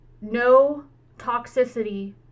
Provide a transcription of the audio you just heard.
no-toxicity